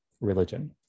religion